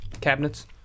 Cabinets